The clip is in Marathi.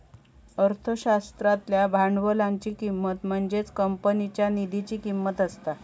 अर्थशास्त्रातल्या भांडवलाची किंमत म्हणजेच कंपनीच्या निधीची किंमत असता